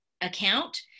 account